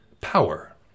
power